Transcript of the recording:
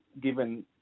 given